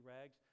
rags